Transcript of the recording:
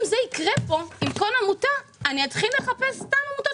אם זה יקרה פה אז אני אתחיל לחפש עמותות